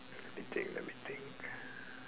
let me think let me think